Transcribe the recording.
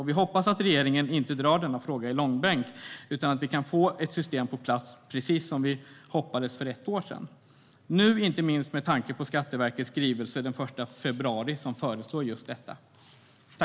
Vi hoppas att regeringen inte drar denna fråga i långbänk utan att vi kan få ett system på plats, precis som vi hoppades för ett år sedan, inte minst med tanke på Skatteverkets skrivelse från den 1 februari som föreslår just detta.